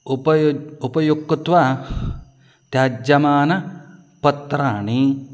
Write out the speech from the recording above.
उपयुक्तम् उपयुक्तं त्वं त्याज्यमानानि पत्राणि